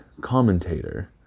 commentator